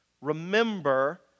Remember